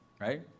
right